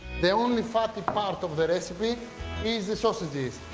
the only fatty part of the recipe is the sausages.